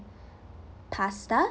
pasta